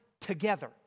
together